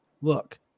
Look